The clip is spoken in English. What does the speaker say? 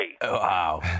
wow